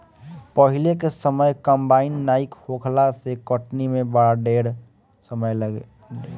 पहिले के समय कंबाइन नाइ होखला से कटनी में बड़ा ढेर समय लागे